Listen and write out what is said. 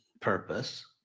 purpose